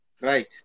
right